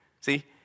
See